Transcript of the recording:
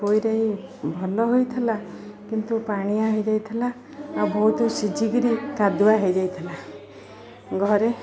ପୋଇ ରାଇ ଭଲ ହୋଇଥିଲା କିନ୍ତୁ ପାଣିଆ ହେଇଯାଇଥିଲା ଆଉ ବହୁତ ସିଝି କରି କାଦୁଆ ହେଇଯାଇଥିଲା ଘରେ